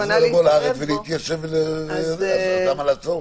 אין כוונה להתערב בו - אולי לא צריך